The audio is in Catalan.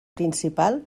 principal